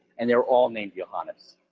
and they were all named johannes,